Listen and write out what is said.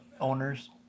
owners